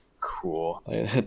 Cool